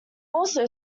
also